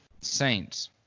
Saints